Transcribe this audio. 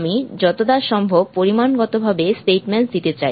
আমি যতটা সম্ভব পরিমাণগতভাবে স্টেটমেন্টস দিতে চাই